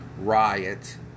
riot